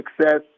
success